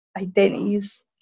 identities